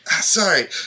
Sorry